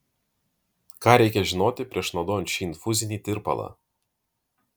ką reikia žinoti prieš naudojant šį infuzinį tirpalą